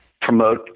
promote